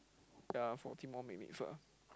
ya forty more minutes ah